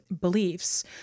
beliefs